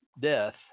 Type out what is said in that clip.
death